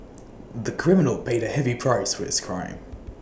the criminal paid A heavy price for his crime